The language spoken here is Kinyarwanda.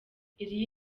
iyi